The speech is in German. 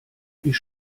ich